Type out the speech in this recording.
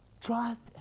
Trust